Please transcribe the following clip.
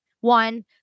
one